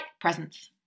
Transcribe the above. Presents